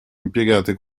impiegate